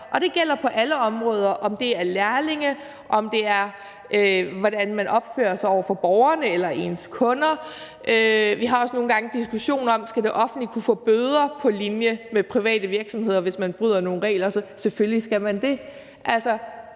det gælder på alle områder – om det er lærlinge, om det er, hvordan man opfører sig over for borgerne eller ens kunder. Vi har også nogle gange en diskussion om: Skal det offentlige kunne få bøder på linje med private virksomheder, hvis man bryder nogle regler? Selvfølgelig skal man